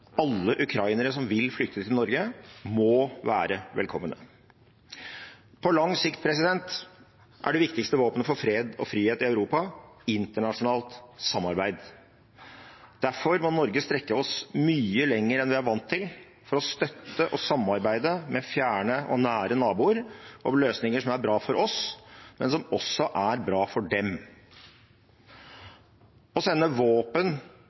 Alle ukrainere som vil flykte til Norge, må være velkomne. På lang sikt er det viktigste våpenet for fred og frihet i Europa internasjonalt samarbeid. Derfor må vi i Norge strekke oss mye lenger enn vi er vant til for å støtte og samarbeide med fjerne og nære naboer om løsninger som er bra for oss, men som også er bra for dem. Å sende våpen